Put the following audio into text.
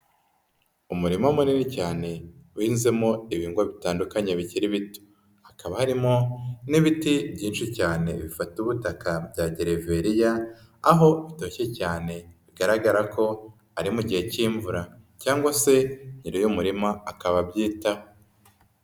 Umurima munini cyane uhinzemo ibihingwa bitandukanye bikiri bito hakaba harimo n'ibiti byinshi cyane bifata ubutaka bya gereveriya aho bitoshye cyane bigaragara ko ari mu gihe k'imvura cyangwa se nyiri umurima akaba abyitaho.